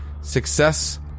Success